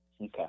Okay